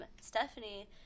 stephanie